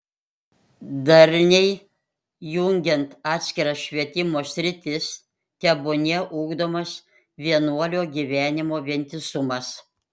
darniai jungiant atskiras švietimo sritis tebūnie ugdomas vienuolio gyvenimo vientisumas